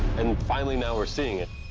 and finally, now we're seeing it.